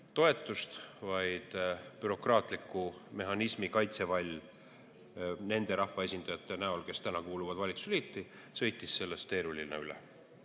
toetust, vaid bürokraatliku mehhanismi kaitsevall nende rahvaesindajate näol, kes täna kuuluvad valitsuseliiti, sõitis sellest teerullina üle.